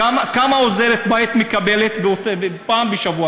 כמה עוזרת בית מקבלת לפעם בשבוע,